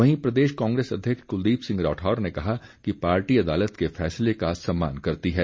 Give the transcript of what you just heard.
वहीं प्रदेश कांग्रेस अध्यक्ष कुलदीप सिंह राठौर ने कहा कि पार्टी अदालत के फैसले का सम्मान करती है